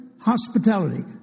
Hospitality